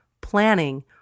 planning